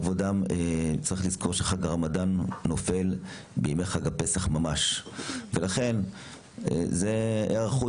צריך לזכור שחג הרמדאן חל ממש בימי חג הפסח ולכן זאת היערכות